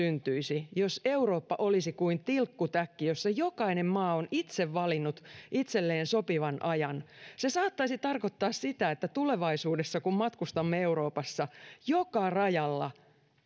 syntyisi jos eurooppa olisi kuin tilkkutäkki jossa jokainen maa on itse valinnut itselleen sopivan ajan se saattaisi tarkoittaa sitä että tulevaisuudessa kun matkustamme euroopassa joka rajalla